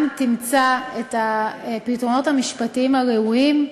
והיא גם תמצא את הפתרונות המשפטיים הראויים,